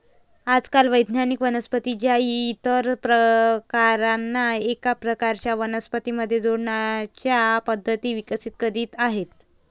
आजकाल वैज्ञानिक वनस्पतीं च्या इतर प्रकारांना एका प्रकारच्या वनस्पतीं मध्ये जोडण्याच्या पद्धती विकसित करीत आहेत